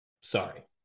sorry